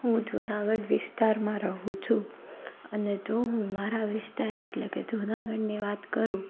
હું જૂનાગઢ વિસ્તારમાં રહું છું અને જો હું મારા વિસ્તાર એટલે કે જૂનાગઢની વાત કરું